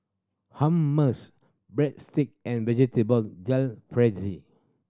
Hummus Breadstick and Vegetable Jalfrezi